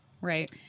Right